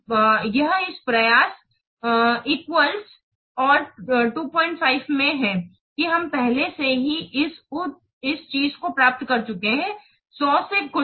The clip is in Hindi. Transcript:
यह इस प्रयास ० equal और २5 में है कि हम पहले से ही इस चीज को प्राप्त कर चुके हैं १०० से कुछ